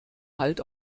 halt